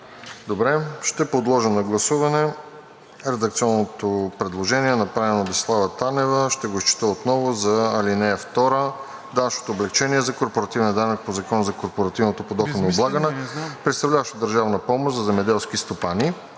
Ще подложа на гласуване редакционното предложение, направено от Десислава Танева. Ще го изчета отново за ал. 2: „Данъчното облекчение за корпоративния данък по Закона за корпоративното подоходно облагане, представляващо държавна помощ за земеделски стопани,